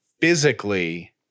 physically